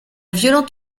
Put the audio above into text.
violent